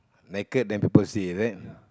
naked then people see is it